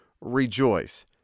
rejoice